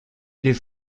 les